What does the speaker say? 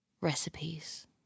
recipes